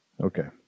Okay